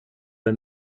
der